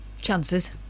Chances